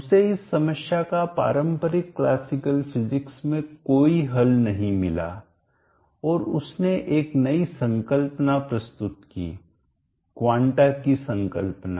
उसे इस समस्या का पारंपरिक क्लासिकल फिजिक्स में कोई हल नहीं मिला और उसने एक नई संकल्पना प्रस्तुत की क्वांटा की संकल्पना